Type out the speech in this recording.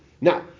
Now